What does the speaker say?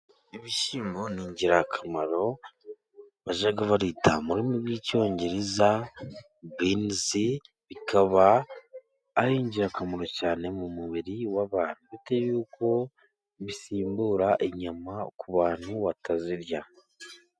Ibishyimbo ni ingirakamaro bita mu rurimi rw'icyongereza (beans), bikaba ari ingirakamaro cyane mu mubiri w'abantu, kubara ko bisimbura inyama ku bantu batazirya.